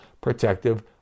protective